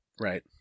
Right